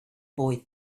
boy